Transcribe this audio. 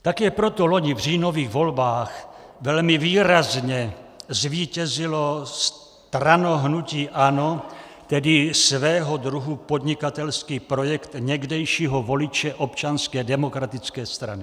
Také proto loni v říjnových volbách velmi výrazně zvítězilo stranohnutí ANO, tedy svého druhu podnikatelský projekt někdejšího voliče Občanské demokratické strany.